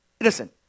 Listen